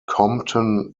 compton